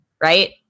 Right